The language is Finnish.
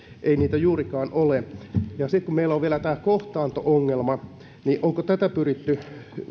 ei niitä juurikaan ole sitten kun meillä on vielä tämä kohtaanto ongelma niin onko tätä pyritty